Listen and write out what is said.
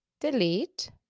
delete